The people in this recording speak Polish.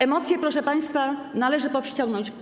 Emocje, proszę państwa, należy powściągnąć.